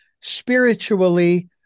spiritually